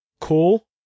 cool